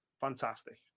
Fantastic